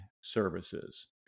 services